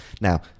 now